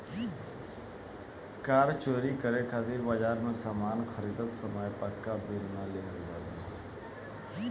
कार चोरी करे खातिर बाजार से सामान खरीदत समय पाक्का बिल ना लिहल जाला